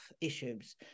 issues